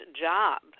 job